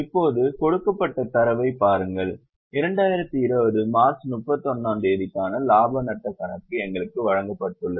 இப்போது கொடுக்கப்பட்ட தரவைப் பாருங்கள் 2020 மார்ச் 31 ஆம் தேதிக்கான லாப நட்டக் கணக்கு எங்களுக்கு வழங்கப்பட்டுள்ளது